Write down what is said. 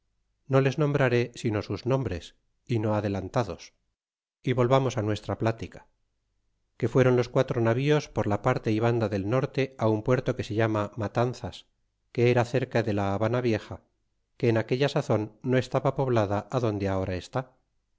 no les nombraré sino sus nombres y no adelantados y volvamos nuestra plática que fueron los cuatro navíos por la parte y banda del norte un puerto que se llama matanzas que era cerca de la habana vieja que en aquella sazon no estaba poblada adonde ahora está